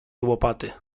łopaty